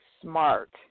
smart